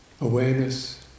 awareness